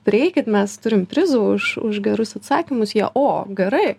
prieikit mes turim prizus už už gerus atsakymus jie o gerai